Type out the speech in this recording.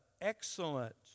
excellent